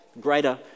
greater